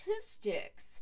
statistics